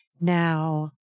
Now